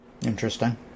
interesting